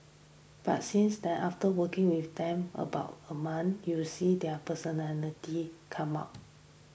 but since then after working with them about a month you see their personality come out